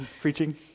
preaching